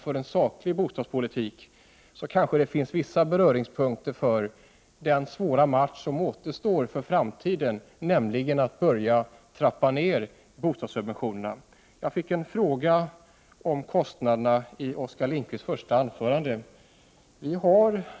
För en saklig bostadspolitik så kanske det finns vissa beröringspunkter för den svåra match som återstår för framtiden, nämligen att börja trappa ned bostadssubventionerna. I Oskar Lindkvists första anförande fick jag en fråga om kostnaderna.